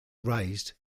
razed